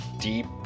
deep